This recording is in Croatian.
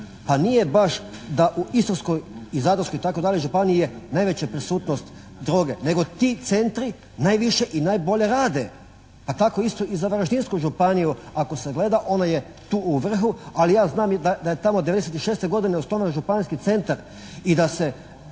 Pa nije baš da u Istarskoj i u Zadarskoj itd. županiji je najveća prisutnost droge nego ti centri najviše i najbolje rade. Pa tako isto i za Varaždinsku županiju ako se gleda ona je tu u vrhu ali ja znam da je tamo '96. godine osnovan županijski centar i da se